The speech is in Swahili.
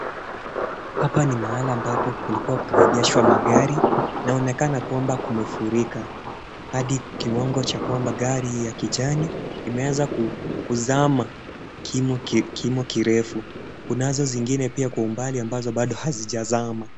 Hapa ni mahala ambapo kulikuwa kumeegeshwa magari inaonekana kwamba kumefurika hadi kiwango cha kwamba gari ya kijani imeweza kuzama kimo kirefu kunazo zingine pia kwa umbali ambazo bado hazijazama.